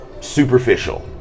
superficial